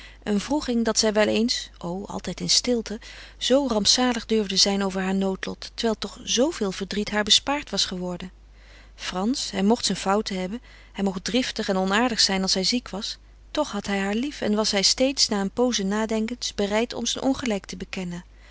een wroeging dat zij wel eens o altijd in stilte zoo rampzalig durfde zijn over haar noodlot terwijl toch zooveel verdriet haar bespaard was geworden frans hij mocht zijn fouten hebben hij mocht driftig en onaardig zijn als hij ziek was toch had hij haar lief en was hij steeds na een pooze nadenkens bereid om zijn ongelijk te bekennen